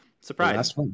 Surprise